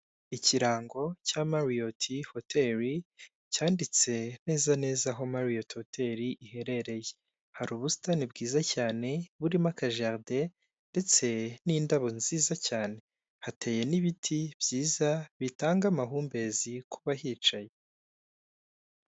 Ikirango cya Mariyoti hoteli cyanditse neza neza aho Marioti hoteli iherereye, hari ubusitani bwiza cyane burimo jaride ndetse n'indabo nziza cyane, hateye n'ibiti byiza bitanga amahumbezi ku bahicaye.